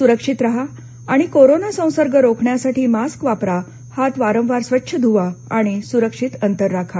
सुरक्षित राहा आणि कोरोना संसर्ग रोखण्यासाठी मास्क वापरा हात वारंवार स्वच्छ धुवा आणि सुरक्षित अंतर राखा